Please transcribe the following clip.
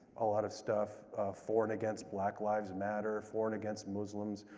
a lot of stuff for and against black lives matter, for and against muslims,